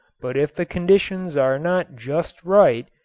but if the conditions are not just right,